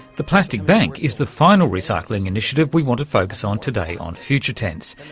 the plastic bank is the final recycling initiative we want to focus on today on future tense.